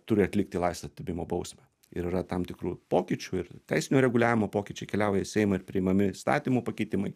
turi atlikti laisvės atėmimo bausmę ir yra tam tikrų pokyčių ir teisinio reguliavimo pokyčiai keliauja į seimą ir priimami įstatymų pakeitimai